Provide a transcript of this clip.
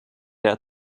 der